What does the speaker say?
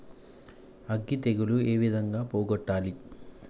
అగ్గి తెగులు ఏ విధంగా పోగొట్టాలి?